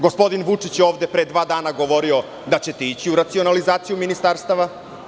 Gospodin Vučić, je ovde pre dva dana govorio da ćete ići u racionalizaciju ministarstava.